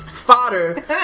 Fodder